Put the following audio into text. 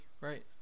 right